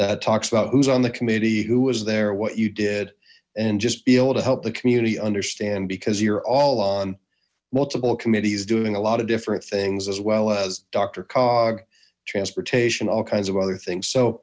that talks about who's on the committee who was there what you did and just be able to help the community understand because you're all on multiple committees doing a lot of different things as well as doctor cog transportation all kinds of other things so